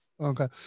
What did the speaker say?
Okay